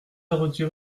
retiré